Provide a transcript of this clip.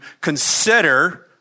consider